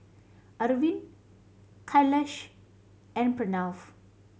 Arvind Kailash and Pranav